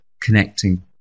connecting